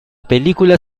película